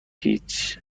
هیچ